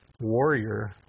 warrior